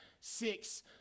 six